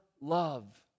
love